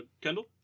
Kendall